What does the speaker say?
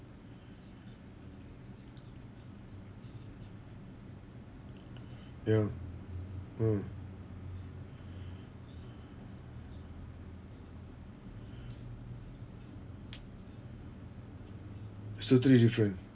ya mm is totally different